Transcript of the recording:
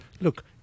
Look